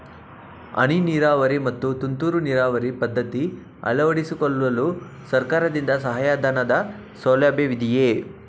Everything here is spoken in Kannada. ಹನಿ ನೀರಾವರಿ ಮತ್ತು ತುಂತುರು ನೀರಾವರಿ ಪದ್ಧತಿ ಅಳವಡಿಸಿಕೊಳ್ಳಲು ಸರ್ಕಾರದಿಂದ ಸಹಾಯಧನದ ಸೌಲಭ್ಯವಿದೆಯೇ?